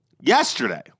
yesterday